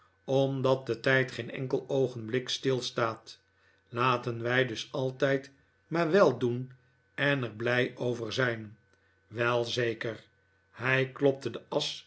omdat de tijd geen enkel oogenblik stilstaat laten wij dus altijd maar weldoen en er blij over zijn wei zeker hij klopte de asch